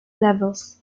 levels